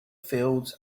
fields